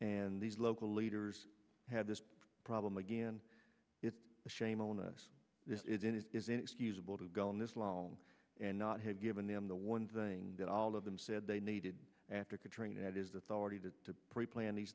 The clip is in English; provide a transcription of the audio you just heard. and these local leaders have this problem again it's a shame on us this isn't it is inexcusable to go on this long and not have given them the one thing that all of them said they needed after katrina that is the authority to preplan these